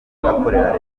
akorera